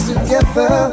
Together